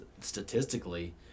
statistically